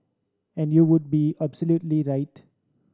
and you would be absolutely right